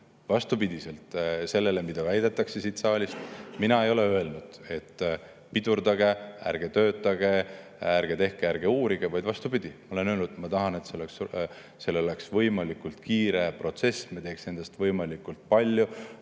Vastupidiselt sellele, mida väidetakse siin saalis, ei ole mina öelnud, et pidurdage, ärge töötage, ärge tehke, ärge uurige. Vastupidi, ma olen öelnud, et ma tahan, et see oleks võimalikult kiire protsess ja et me teeks võimalikult palju.